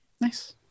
Nice